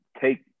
take